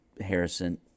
Harrison